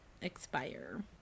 expire